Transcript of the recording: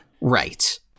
right